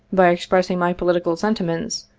by expressing my political sentiments,